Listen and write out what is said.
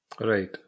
Right